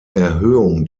erhöhung